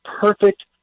perfect